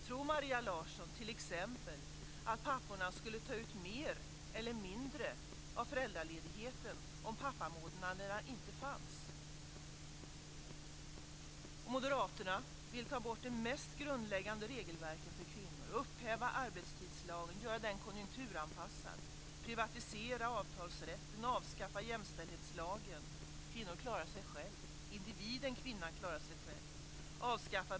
Tror Maria Larsson t.ex. att papporna skulle ta ut mer eller mindre av föräldraledigheten om pappamånaderna inte fanns? Moderaterna vill ta bort de mest grundläggande regelverken för kvinnor, upphäva arbetstidslagen och göra den konjunkturanpassad, privatisera avtalsrätten och avskaffa jämställdhetslagen - kvinnor klarar sig själva. Individen, kvinnan, klarar sig själv.